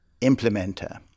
implementer